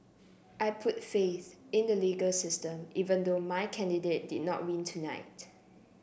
I put faith in the legal system even though my candidate did not win tonight